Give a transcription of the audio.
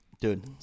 Dude